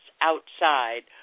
outside